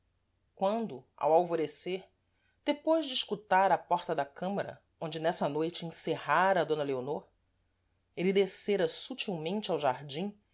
quando ao alvorecer depois de escutar à porta da câmara onde nessa noite encerrara d leonor êle descera subtilmente ao jardim